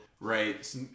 right